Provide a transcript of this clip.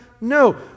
No